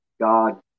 God